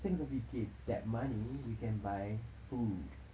kita kena fikir that money we can buy food